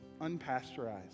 unpasteurized